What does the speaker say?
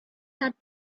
had